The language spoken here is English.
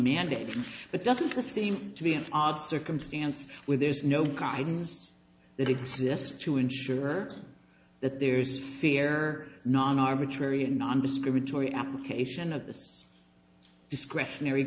mandates but doesn't this seem to be an odd circumstance where there's no guidelines that exist to ensure that there's fear non arbitrary and nondiscriminatory application of the discretionary